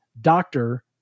doctor